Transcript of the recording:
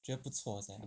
觉得不错 sia